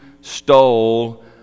stole